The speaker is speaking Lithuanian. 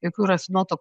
jokių rafinuotų